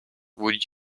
would